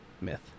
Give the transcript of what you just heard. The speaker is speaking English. Myth